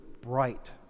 bright